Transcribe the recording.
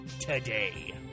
today